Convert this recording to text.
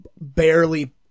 barely